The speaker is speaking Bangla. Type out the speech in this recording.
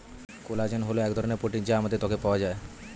কোলাজেন হল এক ধরনের প্রোটিন যা আমাদের ত্বকে পাওয়া যায়